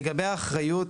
לגבי האחריות,